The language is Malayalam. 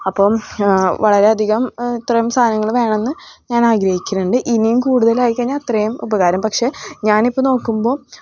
അപ്പം വളരെ അധികം ഇത്രയും സാധനങ്ങൾ വേണമെന്ന് ഞാനാഗ്രഹിക്കുന്നുണ്ട് ഇനിയും കൂടുതലായിക്കഴിഞ്ഞാൽ അത്രയും ഉപകാരം പക്ഷെ ഞാനിപ്പം നോക്കുമ്പോൾ